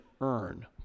earn